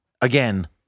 Again